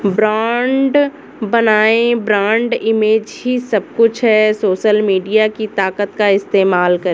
brand बनाएं, brand image ही सब कुछ है, सोशल मीडिया की ताकत का इस्तेमाल करें